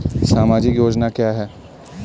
सामाजिक योजना क्या है?